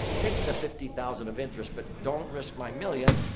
take the fifty thousand of interest but don't risk my million.